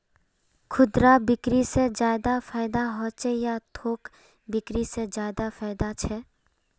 खुदरा बिक्री से ज्यादा फायदा होचे या थोक बिक्री से ज्यादा फायदा छे?